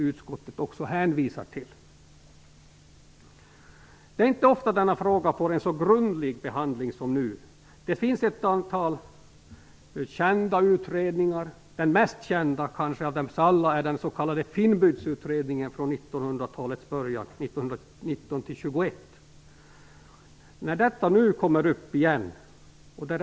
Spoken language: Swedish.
Utskottet hänvisar till den. Det är inte ofta denna fråga får en så grundlig behandling som nu. Det finns ett antal kända utredningar. Den kanske mest kända av dem alla är den s.k. 1919-1921. Frågan kommer nu upp igen.